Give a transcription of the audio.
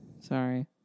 Sorry